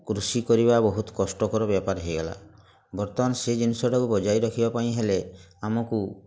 କୃଷି କରିବା ବହୁତ କଷ୍ଟକର ବ୍ୟାପାର ହେଇଗଲା ବର୍ତ୍ତମାନ ସେ ଜିନିଷଟାକୁ ବଜାୟ ରଖିବାପାଇଁ ହେଲେ ଆମକୁ